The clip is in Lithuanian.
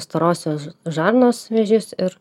storosios žarnos vėžys ir